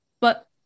but-